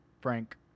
Frank